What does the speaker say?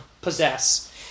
possess